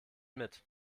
mit